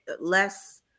less